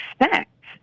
expect